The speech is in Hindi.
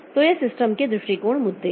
तो ये सिस्टम के दृष्टिकोण मुद्दे हैं